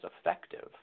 effective